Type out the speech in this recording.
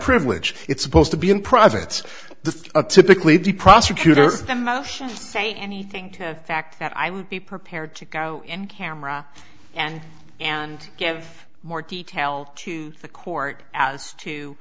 privilege it's supposed to be in profits the typically the prosecutor's the most say anything fact that i would be prepared to go in camera and and give more detail to the court as to